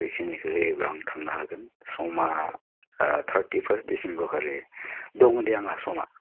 बेखिनिखौ होयोब्ला आं थांनो हागोन समा ओह थारथि फार्स्ट डिसिम्बरखालि दं दे आंहा समा